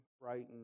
frightened